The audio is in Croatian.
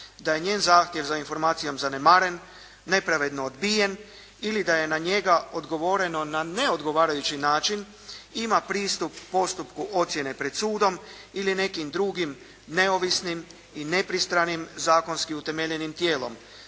da je njen zahtjev za informacijom zanemaren, nepravedno odbijen, ili da je na njega odgovoreno na neodgovarajući način ima pristup postupku ocjene pred sudom, ili nekim drugim neovisnim ili nepristanim zakonski utemeljenim tijelom.